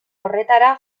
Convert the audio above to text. horretara